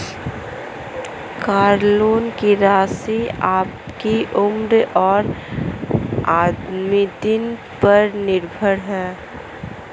car loan की राशि आपकी उम्र और आमदनी पर निर्भर है